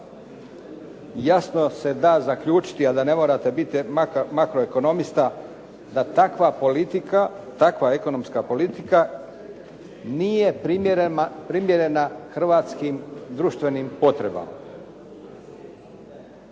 jasno se da zaključiti a da ne morate biti makroekonomista da takva ekonomska politika nije primjerena hrvatskim društvenim potrebama.